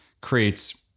creates